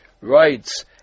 rights